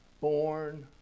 born